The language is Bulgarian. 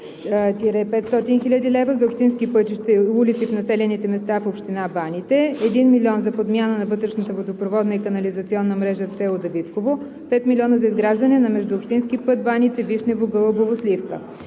- 500 хил. лв. – за общински пътища и улици в населените места в община Баните; - 1 млн. лв. – за подмяна на вътрешната водопроводна и канализационна мрежа в село Давидково; - 5 млн. лв. – за изграждане на междуобщински път Баните –Вишнево – Гълъбово - Сливка.